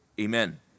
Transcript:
amen